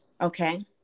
Okay